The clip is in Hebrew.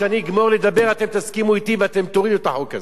כשאני אגמור לדבר אתם תסכימו אתי ואתם תורידו את החוק הזה.